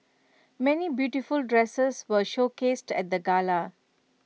many beautiful dresses were showcased at the gala